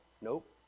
Nope